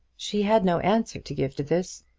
she had no answer to give to this.